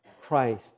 Christ